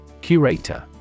Curator